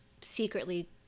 secretly